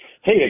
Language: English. Hey